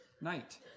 night